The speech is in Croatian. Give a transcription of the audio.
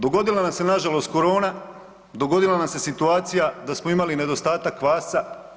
Dogodila nam se na žalost corona, dogodila nam se situacija da smo imali nedostatak kvasca.